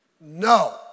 No